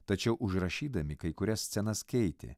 tačiau užrašydami kai kurias scenas keitė